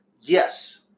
Yes